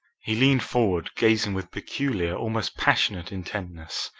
he leaned forward, gazing with peculiar, almost passionate intentness,